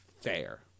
fair